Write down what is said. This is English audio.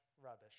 rubbish